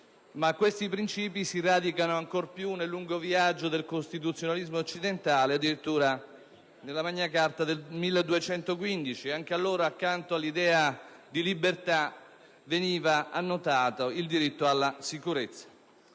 Questi princìpi si radicano, ancor più, nel lungo viaggio del costituzionalismo occidentale e, addirittura, nella *Magna Charta* del 1215: anche allora, accanto all'idea di libertà, veniva annotato il diritto alla sicurezza.